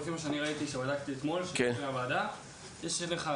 אני בדקתי את זה אתמול לפני הוועדה ולפי האחוזים שמופעים פה,